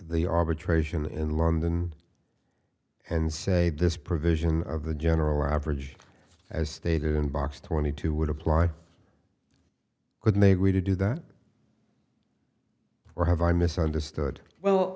arbitration in london and say this provision of the general average as stated in box twenty two would apply could make way to do that or have i misunderstood well